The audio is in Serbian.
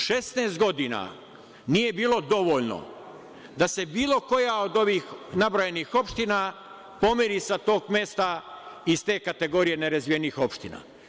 Šesnaest godina nije bilo dovoljno da se bilo koja od ovih nabrojanih opština pomeri sa tog mesta, iz te kategorije nerazvijenih opština.